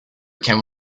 became